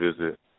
visit